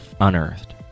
Unearthed